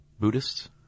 Buddhists